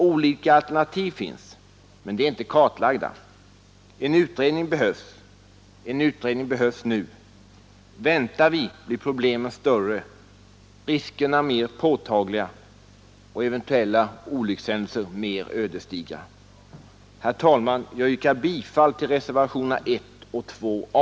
Olika alternativ finns, men de är inte kartlagda. En utredning behövs nu. Väntar vi, blir problemen större, riskerna mer påtagliga och eventuella olyckshändelser mer ödesdigra. Herr talman! Jag yrkar bifall till reservationerna 1 och 2 a.